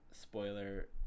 spoiler